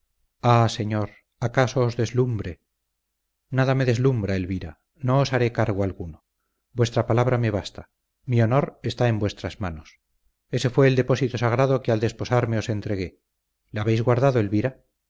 ah señor acaso os deslumbre nada me deslumbra elvira no os haré cargo alguno vuestra palabra me basta mi honor está en vuestras manos ése fue el depósito sagrado que al desposarme os entregué le habéis guardado elvira